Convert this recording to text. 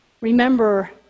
Remember